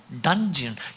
dungeon